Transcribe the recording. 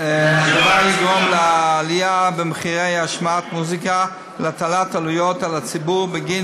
תגרום לעלייה במחירי השמעת מוזיקה ולהטלת עלויות על הציבור בגין